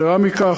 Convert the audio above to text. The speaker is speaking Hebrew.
יתרה מכך,